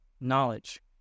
knowledge